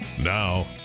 Now